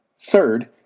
third,